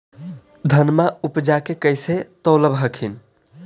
धनमा उपजाके कैसे तौलब हखिन?